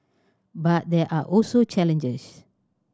but there are also challenges